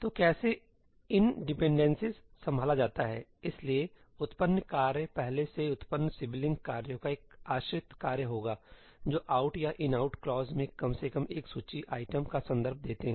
तो कैसे 'in' डिपेंडेंसीजसंभाला जाता है इसलिए उत्पन्न कार्य पहले से उत्पन्न सिबलिंग कार्यों का एक आश्रित कार्य होगा जो 'out' या 'inout' क्लोज में कम से कम एक सूची आइटम का संदर्भ देते हैं